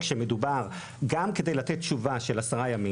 גם כשמדובר בלתת תשובה של 10 ימים,